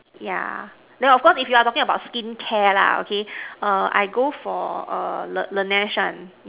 yeah then of course if you are talking about skin care lah okay I go for la~ Laneige one